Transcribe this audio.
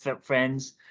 friends